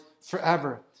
forever